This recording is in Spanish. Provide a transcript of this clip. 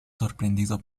sorprendido